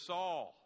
Saul